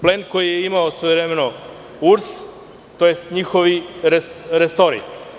Plen koji je imao svojevremeno URS, tj. njihovi resori.